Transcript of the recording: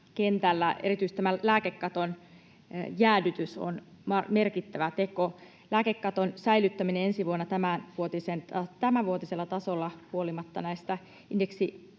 erityisesti lääkekaton jäädytys on merkittävä teko. Lääkekaton säilyttäminen ensi vuonna tämänvuotisella tasolla huolimatta indeksikorotuksen